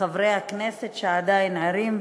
חברי הכנסת שעדיין ערים,